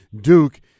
Duke